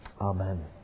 Amen